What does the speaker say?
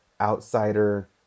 outsider